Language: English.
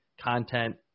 content